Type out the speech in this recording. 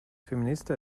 feminista